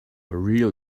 real